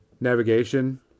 navigation